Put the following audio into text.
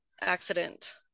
accident